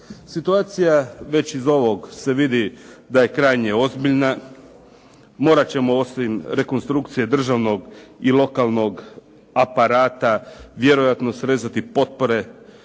Situacija već iz ovog se vidi da je krajnje ozbiljna, morat ćemo osim rekonstrukcije državnog i lokalnog aparata vjerojatno srezati potpore,